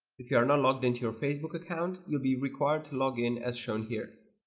if you are not logged into your facebook account, you'll be required to log in as shown here